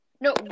No